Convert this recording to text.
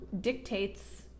dictates